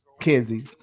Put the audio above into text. Kenzie